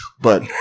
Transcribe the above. But-